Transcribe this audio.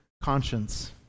conscience